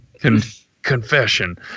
Confession